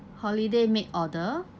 holiday make order